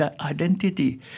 identity